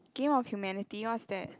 game of humanity what's that